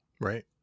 right